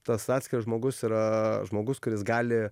tas atskiras žmogus yra žmogus kuris gali